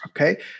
okay